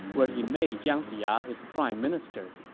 where he made jiang ziya his prime minister.